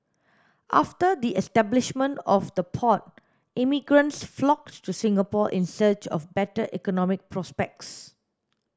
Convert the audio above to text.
after the establishment of the port immigrants flocked to Singapore in search of better economic prospects